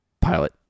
Pilot